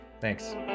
Thanks